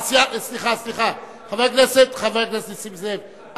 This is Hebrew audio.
חבר הכנסת נסים זאב,